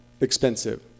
expensive